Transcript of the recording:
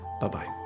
bye-bye